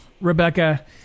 Rebecca